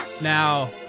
Now